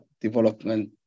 development